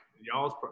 y'all's